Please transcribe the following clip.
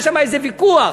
היה שם איזה ויכוח,